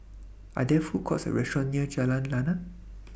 Are There Food Courts Or restaurants near Jalan Lana